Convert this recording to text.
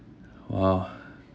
oh